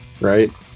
right